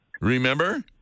Remember